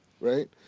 right